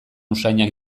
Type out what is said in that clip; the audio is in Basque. usainak